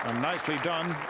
um nicely done.